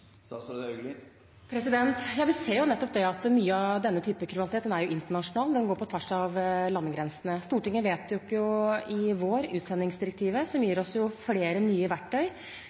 jo nettopp at mye av denne typen kriminalitet er internasjonal. Den går på tvers av landegrensene. Stortinget vedtok i vår utsendingsdirektivet, som gir oss flere nye verktøy